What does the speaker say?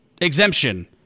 exemption